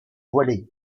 voilée